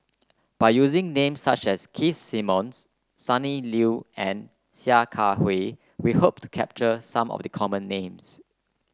by using names such as Keith Simmons Sonny Liew and Sia Kah Hui we hope to capture some of the common names